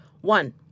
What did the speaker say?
One